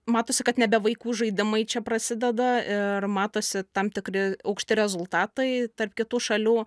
matosi kad nebe vaikų žaidimai čia prasideda ir matosi tam tikri aukšti rezultatai tarp kitų šalių